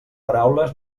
paraules